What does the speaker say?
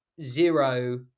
zero